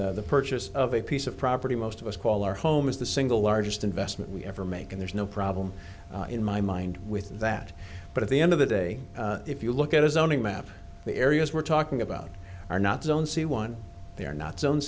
us the purchase of a piece of property most of us call our home is the single largest investment we ever make and there's no problem in my mind with that but at the end of the day if you look at a zoning map the areas we're talking about are not zone c one they are not zon